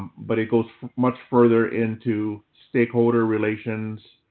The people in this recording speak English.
but it goes much further into stakeholder relations,